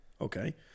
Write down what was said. okay